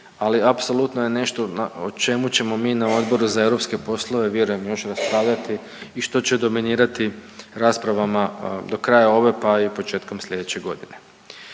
ali apsolutno je nešto o čemu ćemo mi na Odboru za europske poslove još raspravljati i što će dominirati raspravama do kraja ove pa i početkom sljedeće godine.